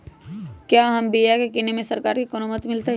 क्या हम बिया की किने में सरकार से कोनो मदद मिलतई?